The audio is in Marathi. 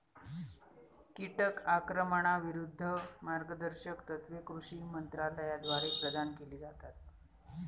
कीटक आक्रमणाविरूद्ध मार्गदर्शक तत्त्वे कृषी मंत्रालयाद्वारे प्रदान केली जातात